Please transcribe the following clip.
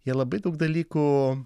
jie labai daug dalykų